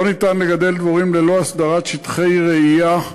לא ניתן לגדל דבורים ללא הסדרת שטחי רעייה,